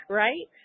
right